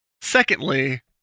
Secondly